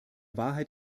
wahrheit